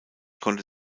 konnte